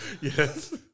Yes